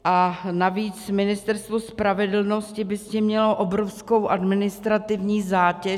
A navíc Ministerstvo spravedlnosti by s tím mělo obrovskou administrativní zátěž.